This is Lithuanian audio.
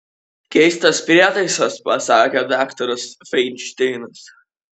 keistas prietaisas pasakė daktaras fainšteinas